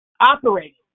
operating